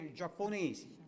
giapponesi